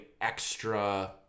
extra